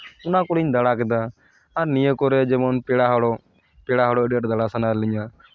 ᱚᱱᱟ ᱠᱚᱞᱤᱧ ᱫᱟᱬᱟ ᱠᱮᱫᱟ ᱟᱨ ᱱᱤᱭᱟᱹ ᱠᱚᱨᱮ ᱡᱮᱢᱚᱱ ᱯᱮᱲᱟ ᱦᱚᱲᱚᱜ ᱯᱮᱲᱟ ᱦᱚᱲᱚᱜ ᱟᱹᱰᱤ ᱟᱸᱴ ᱫᱟᱬᱟ ᱥᱟᱱᱟᱭᱮᱫ ᱞᱤᱧᱟ